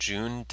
June